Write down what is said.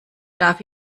darf